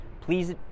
please